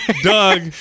Doug